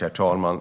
Herr talman!